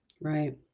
Right